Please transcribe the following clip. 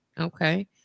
okay